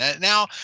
Now